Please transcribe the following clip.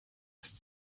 ist